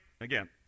again